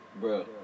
bro